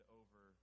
over